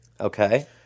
Okay